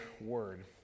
word